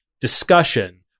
discussion